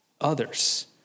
others